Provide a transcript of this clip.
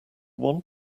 want